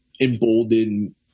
emboldened